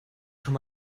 schon